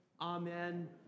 amen